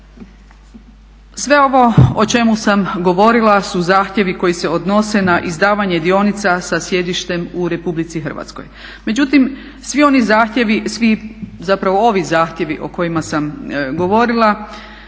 Sve ovo o čemu sam govorila su zahtjevi koji se odnose na izdavanje dionica sa sjedištem u Republici Hrvatskoj. Međutim, svi oni zahtjevi, svi zapravo ovi zahtjevi o kojima sam govorila